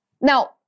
Now